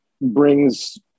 brings